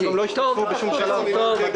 התאחדות המלונות גם לא השתתפה בשום שלב בדרך.